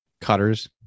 cutters